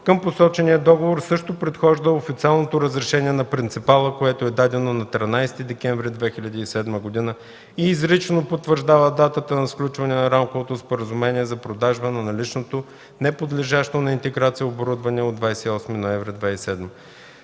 към посочения договор също предхожда официалното разрешение на принципала, което е дадено на 13 декември 2007 г. и изрично потвърждава датата на сключване на Рамковото споразумение за продажба на наличното, неподлежащо на интеграция оборудване от 28 ноември 2007 г.